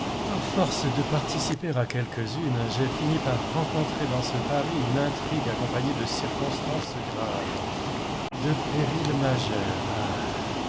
à force de participer à quelques-unes j'ai fini par rencontrer dans ce paris une intrigue accompagnée de circonstances graves de périls